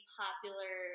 popular